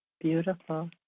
Beautiful